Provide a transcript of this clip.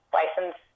license